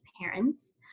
parents